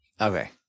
Okay